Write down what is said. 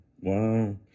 Wow